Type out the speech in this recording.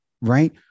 right